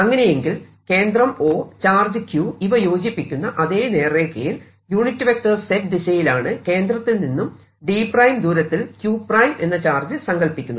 അങ്ങനെയെങ്കിൽ കേന്ദ്രം O charge q ഇവ യോജിപ്പിക്കുന്ന അതേ നേർരേഖയിൽ ẑ ദിശയിലാണ് കേന്ദ്രത്തിൽ നിന്നും d ദൂരത്തിൽ q എന്ന ചാർജ് സങ്കൽപ്പിക്കുന്നത്